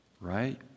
right